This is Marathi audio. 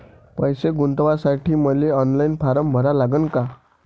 पैसे गुंतवासाठी मले ऑनलाईन फारम भरा लागन का?